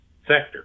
sector